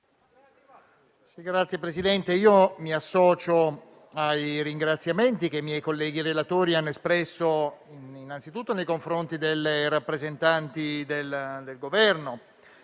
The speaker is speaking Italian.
Signor Presidente, mi associo ai ringraziamenti che i miei colleghi relatori hanno espresso innanzitutto nei confronti delle rappresentanti del Governo,